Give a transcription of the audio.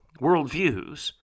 worldviews